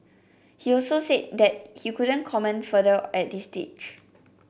he also said that he couldn't comment further at this stage